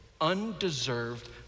undeserved